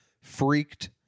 Freaked